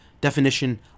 definition